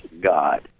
God